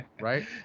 right